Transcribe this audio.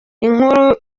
inkuru